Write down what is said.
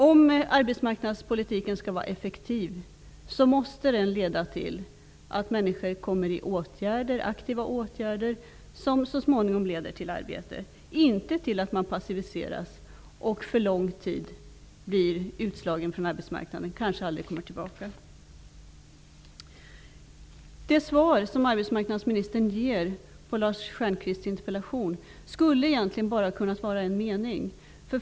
Om arbetsmarknadspolitiken skall vara effektiv måste den leda till att människor kommer i aktiva åtgärder som så småningom leder till arbete, inte till att man passiviseras och för lång tid blir utslagen från arbetsmarknaden och kanske aldrig kommer tillbaka. Det svar arbetsmarknadsministern ger på Lars Stjernkvists interpellation skulle egentligen kunnat bestå av bara en mening.